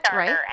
right